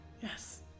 Yes